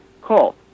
Call